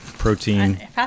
Protein